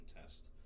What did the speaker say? test